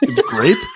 grape